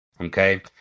okay